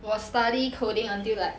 我 study coding until like